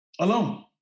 Alone